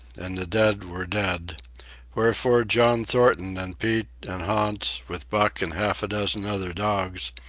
and the dead were dead wherefore john thornton and pete and hans, with buck and half a dozen other dogs,